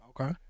okay